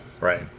Right